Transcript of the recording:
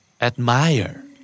Admire